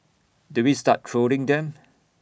do we start trolling them